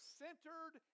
centered